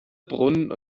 brunnen